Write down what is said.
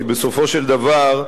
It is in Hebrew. כי בסופו של דבר,